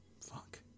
Fuck